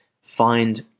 find